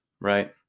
right